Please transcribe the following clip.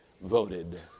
voted